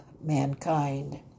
mankind